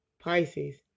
Pisces